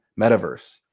metaverse